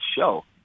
show